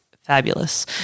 Fabulous